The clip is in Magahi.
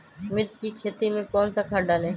मिर्च की खेती में कौन सा खाद डालें?